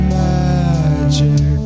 magic